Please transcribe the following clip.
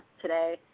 today